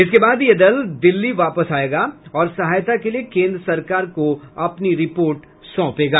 इसके बाद यह दल दिल्ली वापस आयेगा और सहायता के लिए केन्द्र सरकार को अपनी रिपोर्ट सौंपेगा